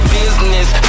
business